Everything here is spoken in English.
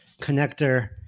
connector